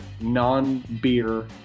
non-beer